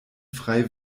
frei